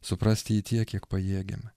suprasti jį tiek kiek pajėgiame